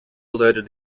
alerted